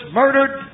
murdered